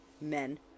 men